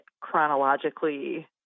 chronologically